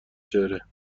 چهره